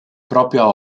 proprio